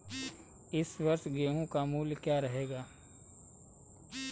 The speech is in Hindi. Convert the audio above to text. इस वर्ष गेहूँ का मूल्य क्या रहेगा?